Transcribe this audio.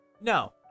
no